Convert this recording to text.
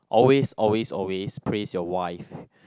always always always praise your wife